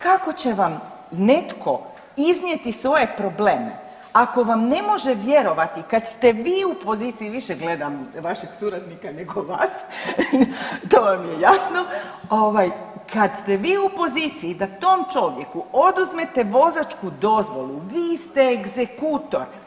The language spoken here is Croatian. Kako će vam netko iznijeti svoje probleme ako vam ne može vjerovati kad ste vi u poziciji, više gledam vašeg suradnika nego vas to vam je jasno, ovaj kad ste vi u poziciji da tom čovjeku oduzmete vozačku dozvolu vi ste egzekutor.